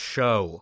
Show